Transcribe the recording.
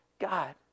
God